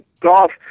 golf